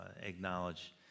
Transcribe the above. acknowledge—